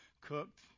cooked